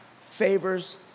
favors